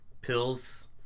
pills